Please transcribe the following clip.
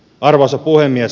arvoisa puhemies